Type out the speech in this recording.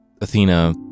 Athena